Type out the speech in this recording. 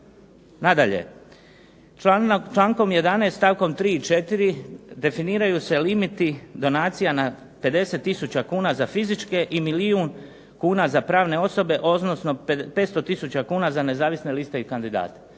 Nadalje, člankom 11. stavkom 3. i 4. definiraju se limiti donacija na 50 tisuća kuna za fizičke i milijun kuna za pravne osobe odnosno 500 tisuća kuna za nezavisne liste i kandidate.